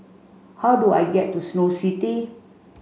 how do I get to Snow City